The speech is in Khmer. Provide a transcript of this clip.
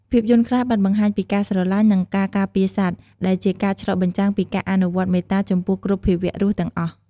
ភាពយន្តខ្លះបានបង្ហាញពីការស្រលាញ់ និងការការពារសត្វ ដែលជាការឆ្លុះបញ្ចាំងពីការអនុវត្តមេត្តាចំពោះគ្រប់ភាវៈរស់ទាំងអស់។